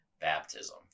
baptism